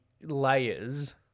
layers